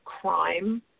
Crime